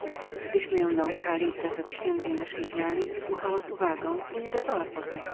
myślenia gdyśmy ją nauczali zasad świętej naszej wiary słuchała z uwagą i nie dawała poznać